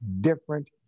different